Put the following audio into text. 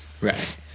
Right